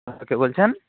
হ্যাঁ কে বলছেন